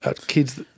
kids